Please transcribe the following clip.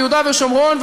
ביהודה ושומרון,